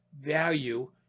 value